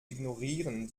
ignorieren